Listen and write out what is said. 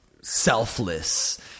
selfless